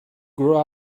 grow